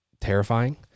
terrifying